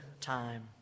time